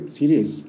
Serious